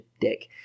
dick